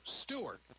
Stewart